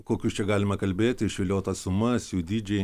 kokius čia galima kalbėti išviliotas sumas jų dydžiai